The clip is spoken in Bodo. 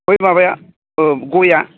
बै माबाया गयआ